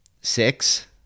six